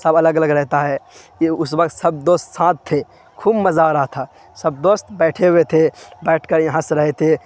سب الگ الگ رہتا ہے یہ اس وقت سب دوست ساتھ تھے خوب مزہ آ رہا تھا سب دوست بیٹھے ہوئے تھے بیٹھ کر ہنس سے رہے تھے